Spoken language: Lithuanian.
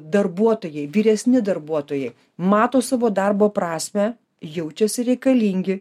darbuotojai vyresni darbuotojai mato savo darbo prasmę jaučiasi reikalingi